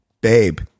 Babe